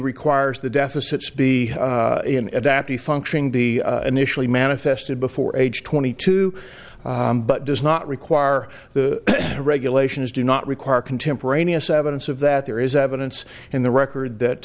requires the deficit's be adaptive functioning b initially manifested before age twenty two but does not require the regulations do not require contemporaneous evidence of that there is evidence in the record that